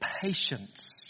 patience